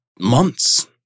Months